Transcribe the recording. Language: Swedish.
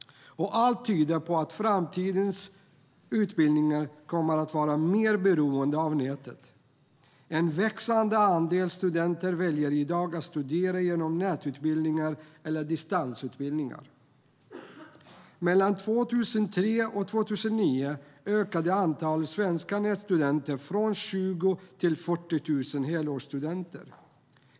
Allt tyder på att framtidens utbildningar kommer att vara mer beroende av nätet. En växande andel studenter väljer i dag att studera genom nätutbildningar eller distansutbildningar. Mellan 2003 och 2009 ökade antalet svenska nätstudenter från 20 000 till 40 000 helårsstudenter.